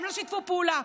הם לא שיתפו פעולה.